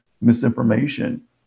misinformation